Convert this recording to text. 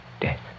death